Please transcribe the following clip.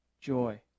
Joy